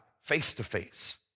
face-to-face